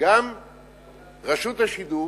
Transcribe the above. גם רשות השידור